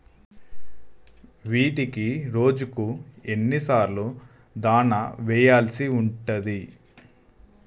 వీటికి రోజుకు ఎన్ని సార్లు దాణా వెయ్యాల్సి ఉంటది?